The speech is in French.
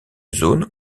zone